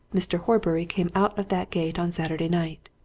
mr. horbury came out of that gate on saturday night.